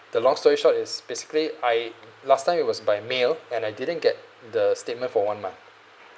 the long story is basically I last time it was by mail and I didn't get the statement for one month